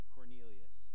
Cornelius